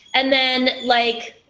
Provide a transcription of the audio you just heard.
and then, like